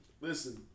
Listen